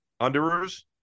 Underers